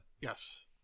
Yes